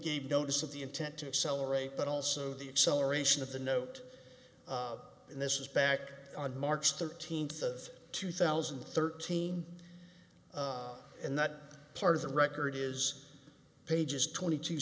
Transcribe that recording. gave notice of the intent to accelerate but also the acceleration of the note and this is back on march thirteenth of two thousand and thirteen and that part of the record is pages twenty two